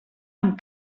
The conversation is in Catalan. amb